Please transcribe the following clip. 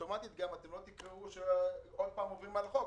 אוטומטית גם אתם לא תאמרו שעוד פעם עוברים על החוק.